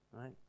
right